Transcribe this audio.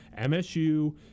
MSU